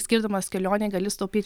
skirdamas kelionei gali sutaupyt